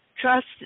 trust